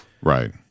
Right